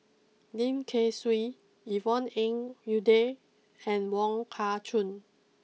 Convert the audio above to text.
Lim Kay Siu Yvonne Ng Uhde and Wong Kah Chun